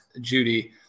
Judy